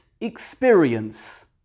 experience